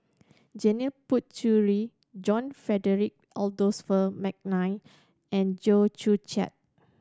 Janil Puthucheary John Frederick Adolphus McNair and Chew Joo Chiat